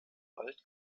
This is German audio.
bald